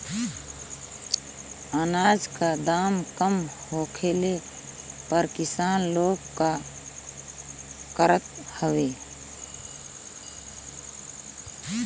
अनाज क दाम कम होखले पर किसान लोग का करत हवे?